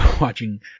watching